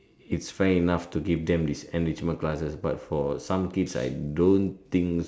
it's fair enough to give them this enrichment classes but for some kids I don't think